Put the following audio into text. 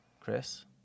Chris